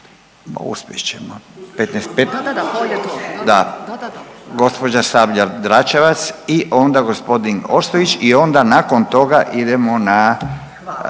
da./… da. Gospođa Sabljar Dračevac i onda gospodin Ostojić i onda nakon toga idemo na,